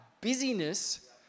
busyness